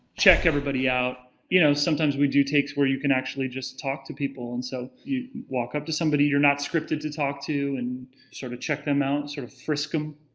check everybody out. you know sometimes we do takes where you can actually just talk to people and so you walk up to somebody you're not scripted to talk to, and sort of check them out, sort of, frisk em, ah,